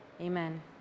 Amen